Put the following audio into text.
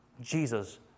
Jesus